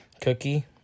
cookie